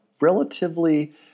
relatively